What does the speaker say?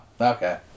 okay